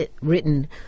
written